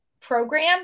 program